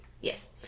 Yes